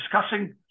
discussing